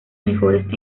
mejores